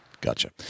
Gotcha